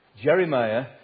Jeremiah